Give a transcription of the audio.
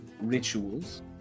rituals